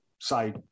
say